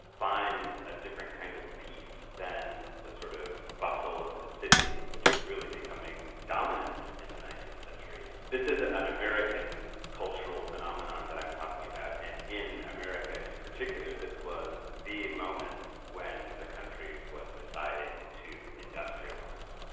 find a different kind of peace than the sort of bustle of the city, which was really becoming dominant in the nineteenth century. this is an american cultural phenomenon that i'm talking about, and in america in particular this was the moment when the country was deciding to industrialise. you